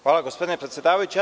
Hvala gospodine predsedavajući.